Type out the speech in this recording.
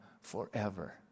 forever